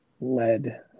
led